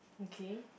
okay